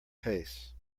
pace